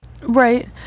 Right